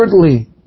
thirdly